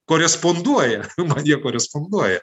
koresponduoja man jie koresponduoja